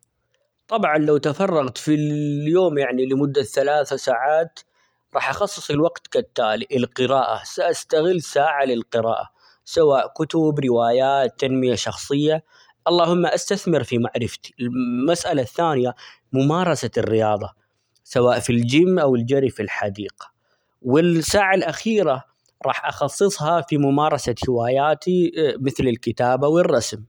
طبعًا لو تفرغت في -ال- اليوم يعني لمدة ثلاث ساعات راح أخصص الوقت كالتالي: القراءة سأستغل ساعة للقراءة سواء كتب ،روايات ،تنمية شخصية ،اللهم استثمر في معرفتي ، -الم- المسألة الثانية ممارسة الرياضة سواء في الجيم، أو الجري في الحديقة، والساعة الأخيرة راح أخصصها في ممارسة هواياتي مثل الكتابة والرسم.